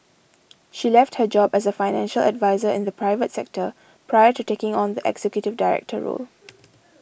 she left her job as a financial adviser in the private sector prior to taking on the executive director role